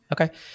Okay